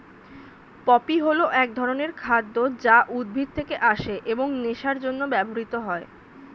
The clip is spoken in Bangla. পপি হল এক ধরনের খাদ্য যা উদ্ভিদ থেকে আসে এবং নেশার জন্য ব্যবহৃত হয়